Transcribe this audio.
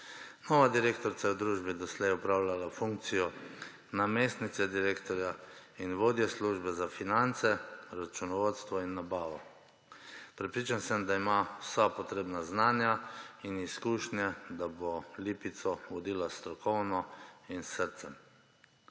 Nova direktorica je v družbi doslej opravljala funkcijo namestnice direktorja in vodje službe za finance, računovodstvo in nabavo. Prepričan sem, da ima vsa potrebna znanja in izkušnje, da bo Lipico vodila strokovno in s srcem.